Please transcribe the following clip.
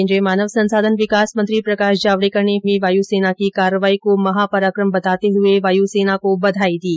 केन्द्रीय मानव संसाधन विकास मंत्री प्रकाश जावड़ेकर ने वायु सेना की कार्रवाई को महापराक्रम बताते हुए वायु सेना को बधाई दी